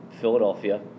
Philadelphia